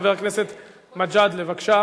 חבר הכנסת גאלב מג'אדלה, בבקשה,